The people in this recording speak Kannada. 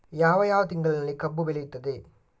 ಯಾವ ಯಾವ ತಿಂಗಳಿನಲ್ಲಿ ಕಬ್ಬು ಬೆಳೆಯುತ್ತದೆ?